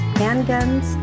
handguns